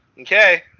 okay